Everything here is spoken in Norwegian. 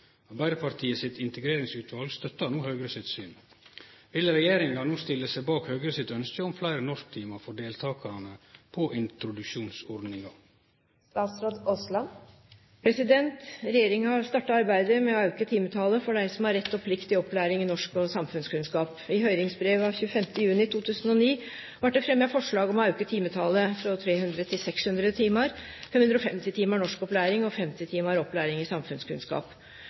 Arbeidarpartiet sitt integreringsutval støttar no Høgre sitt syn. Vil regjeringa no stille seg bak Høgre sitt ønske om fleire norsktimar for deltakarane på introduksjonsorninga?» Regjeringa har starta arbeidet med å auke timetalet for dei som har rett og plikt til opplæring i norsk og samfunnskunnskap. I høyringsbrev av 25. juni 2009 vart det fremja forslag om å auke timetalet frå 300 til 600 timar, 550 timar norskopplæring og 50 timar opplæring i samfunnskunnskap.